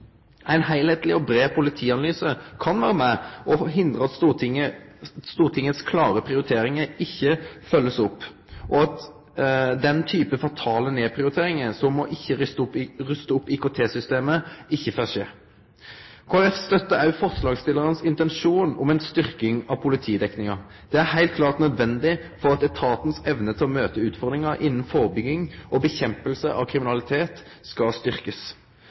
Ein heilskapleg og brei politianalyse kan vere med på å hindre at Stortingets klare prioriteringar ikkje blir følgde opp, og at den typen fatale nedprioriteringar som det er ikkje å ruste opp IKT-systemet, ikkje får skje. Kristeleg Folkeparti støttar òg forslagsstillaranes intensjon om ei styrking av politidekninga. Det er heilt klart nødvendig for at etatens evne til å møte utfordringar innan førebygging og at kampen mot kriminalitet skal